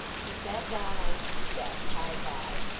he sat down on some steps hard by,